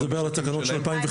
אתה מדבר על התקנות של 2015?